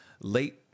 Late